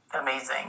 amazing